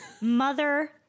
Mother